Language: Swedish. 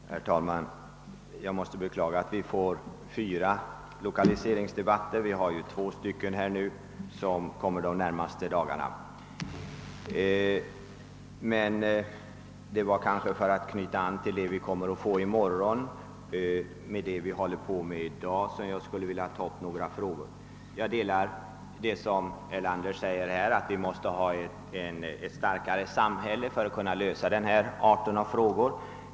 Herr talman! Jag måste beklaga att vi får flera lokaliseringsdebatter. Vi har ju två i dag och en i morgon. Men det var närmast för att knyta an det vi håller på med i dag till den debatt vi kommer att få i morgon som jag ville ta upp några frågor. Jag delar statsministerns uppfattning att vi måste ha ett starkare samhälle för att kunna lösa denna art av frågor.